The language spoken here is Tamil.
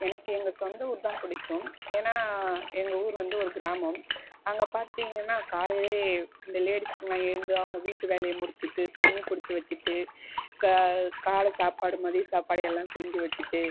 எனக்கு எங்கள் சொந்த ஊர் தான் பிடிக்கும் ஏன்னா எங்கள் ஊர் வந்து ஒரு கிராமம் அங்கே பார்த்திங்கன்னா காலையிலேயே இந்த லேடீஸ்ங்களாம் எழுந்து அவங்க வீட்டு வேலையை முடிச்சிவிட்டு தண்ணி பிடிச்சி வச்சிகிட்டு கா காலை சாப்பாடு மதிய சாப்பாடு எல்லாம் செஞ்சு வச்சிகிட்டு